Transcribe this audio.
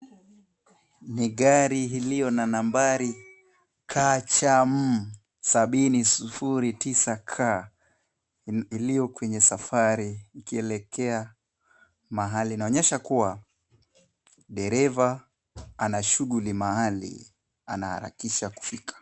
Ni gari iliyo na nambari KCM 709K, iliyo kwenye safari ikielekea mahali. Inaonyesha kuwa dereva anashuguli mahali anaharakisha kufika.